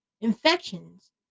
Infections